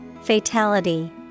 Fatality